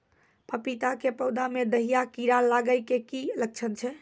पपीता के पौधा मे दहिया कीड़ा लागे के की लक्छण छै?